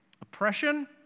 Oppression